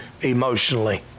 emotionally